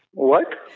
what?